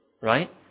Right